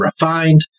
refined